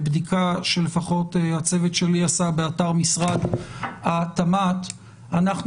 בבדיקה שלפחות הצוות שלי עשה באתר משרד התמ"ת אנחנו